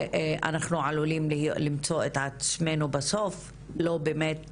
אנחנו עלולים למצוא את עצמנו בסוף לא באמת